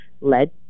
led